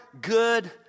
good